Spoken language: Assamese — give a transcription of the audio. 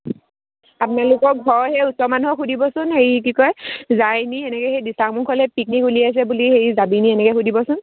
আপোনালোকৰ ঘৰৰ সেই ওচৰৰ মানুহক সুধিবচোন হেৰি কি কয় যায় নেকি এনেকৈ সেই দিচাংমুখলৈ পিকনিক উলিয়াইছে বুলি হেৰি যাবি নেকি এনেকৈ সুধিবচোন